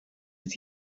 het